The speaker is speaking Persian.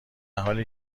حالی